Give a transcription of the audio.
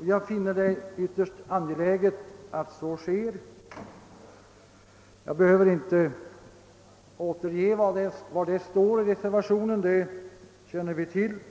Jag finner det vara ytterst angeläget att så sker och behöver inte här återge vad som står i reservationen. Den torde vara väl bekant.